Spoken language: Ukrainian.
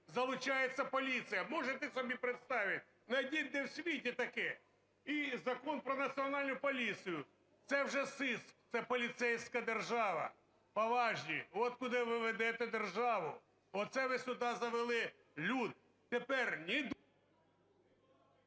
залучається поліція, можете собі представити, найдіть, де в світі таке. І Закон "Про Національну поліцію", це вже сыск, це поліцейська держава. Поважні, от куди виведете державу, оце ви сюди завели люд. Тепер ні